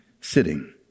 sitting